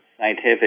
scientific